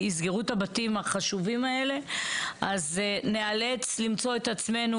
ייסגרו את הבתים החשובים אז נאלץ למצוא את עצמנו